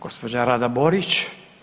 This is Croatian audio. Gđa. Rada Borić.